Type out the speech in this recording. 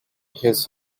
his